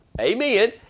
Amen